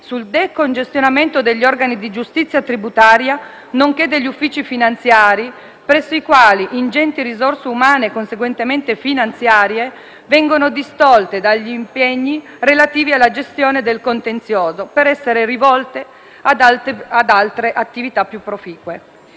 sul decongestionamento degli organi di giustizia tributaria, nonché degli uffici finanziari presso i quali ingenti risorse umane - e conseguentemente finanziarie - vengono distolte dagli impegni relativi alla gestione del contenzioso per essere rivolte ad altre attività più proficue.